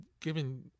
given